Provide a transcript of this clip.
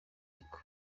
rukiko